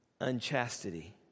unchastity